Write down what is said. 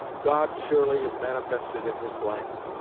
god surely is manifested in this land.